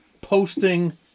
posting